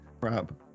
Rob